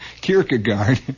Kierkegaard